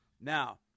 Now